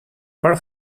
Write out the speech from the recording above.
far